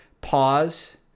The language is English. pause